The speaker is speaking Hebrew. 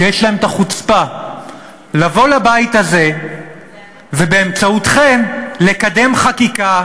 שיש להם את החוצפה לבוא לבית הזה ובאמצעותכם לקדם חקיקה,